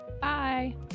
Bye